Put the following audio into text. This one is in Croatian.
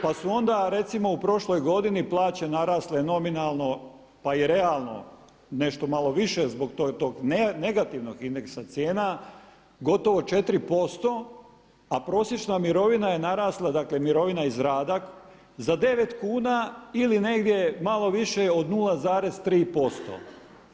Pa su onda recimo u prošloj godini plaće narasle nominalno pa i realno nešto malo više zbog tog negativnog indeksa cijena, gotovo 4% a prosječna mirovina je narasla dakle mirovina iz rada za 9 kuna ili negdje malo više od 0,3%